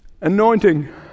anointing